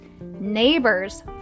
neighbors